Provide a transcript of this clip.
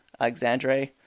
Alexandre